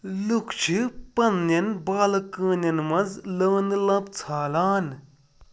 لُکھ چھِ پنٛنِٮ۪ن بالکٲنٮ۪ن منٛز لٲنہٕ لَمپ ژھالان